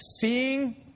seeing